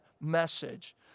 message